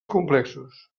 complexos